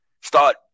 start